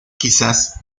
quizás